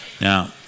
now